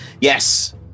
yes